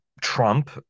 Trump